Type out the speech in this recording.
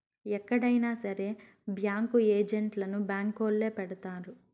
ఎక్కడైనా సరే బ్యాంకు ఏజెంట్లను బ్యాంకొల్లే పెడతారు